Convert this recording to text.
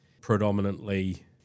predominantly